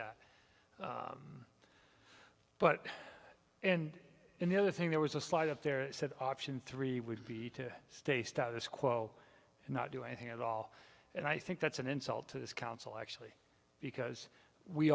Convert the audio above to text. that but and in the other thing there was a slight up there said option three would be to stay status quo and not do anything at all and i think that's an insult to this council actually because we